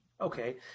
Okay